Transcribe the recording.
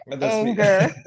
anger